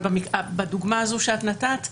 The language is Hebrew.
אבל בדוגמה הזו שאת נתת,